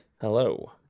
Hello